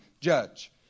judge